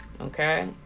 Okay